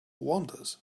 wanders